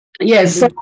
Yes